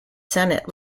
senate